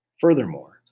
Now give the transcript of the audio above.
Furthermore